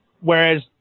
whereas